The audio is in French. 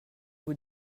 vous